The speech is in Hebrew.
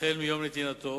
החל מיום נתינתו,